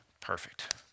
Perfect